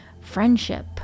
friendship